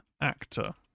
actor